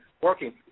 working